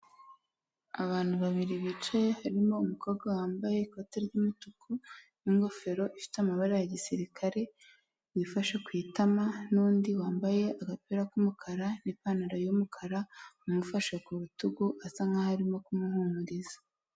Abantu babiri bicaye harimo umukobwa wambaye ikote ry'umutuku, n'ingofero ifite amabara ya gisirikare, wifashe ku itama n’undi wambaye agapira k'umukara n’ipantaro y’umukara amufashe ku rutugu asa nkaho arimo kumuhumuriza.